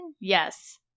Yes